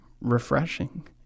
refreshing